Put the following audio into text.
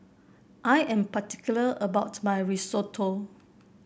I am particular about my Risotto